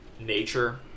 nature